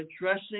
addressing